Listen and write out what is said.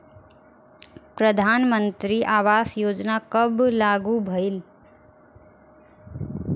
प्रधानमंत्री आवास योजना कब लागू भइल?